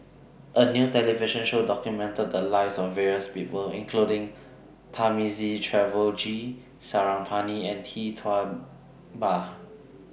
A New television Show documented The Lives of various People including Thamizhavel G Sarangapani and Tee Tua Ba